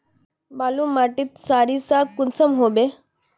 बालू माटित सारीसा कुंसम होबे?